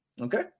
okay